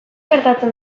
gertatzen